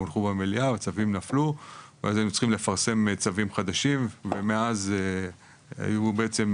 הצווים נפלו ואז היינו צריכים לפרסם צווים חדשים ומאז היו בעצם,